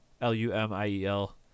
l-u-m-i-e-l